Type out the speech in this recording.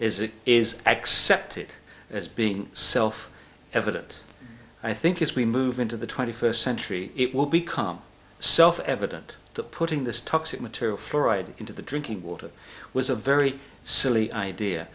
as it is accepted as being self evident i think if we move into the twenty first century it will become self evident that putting this toxic material fluoride into the drinking water was a very silly idea